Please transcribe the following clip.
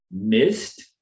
missed